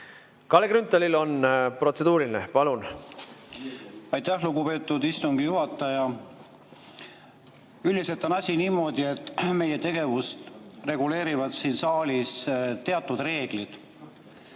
Kalle Grünthalil on protseduuriline. Palun! Aitäh, lugupeetud istungi juhataja! Üldiselt on asi niimoodi, et meie tegevust reguleerivad siin saalis teatud reeglid.